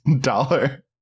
dollar